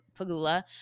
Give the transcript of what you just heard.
Pagula